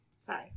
Sorry